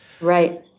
right